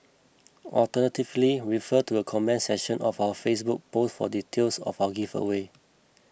alternatively refer to the comments section of our Facebook post for details of our giveaway